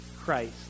Christ